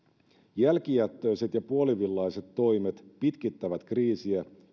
jälkijättöiset ja puolivillaiset toimet pitkittävät kriisiä